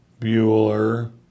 Bueller